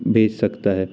भेज सकता है